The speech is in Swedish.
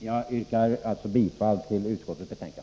Jag yrkar alltså bifall till utskottets hemställan.